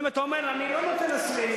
אבל אם אתה אומר: אני לא נותן לשבעים,